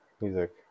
music